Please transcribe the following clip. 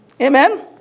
Amen